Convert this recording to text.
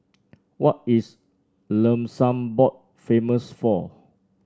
what is Luxembourg famous for